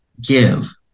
give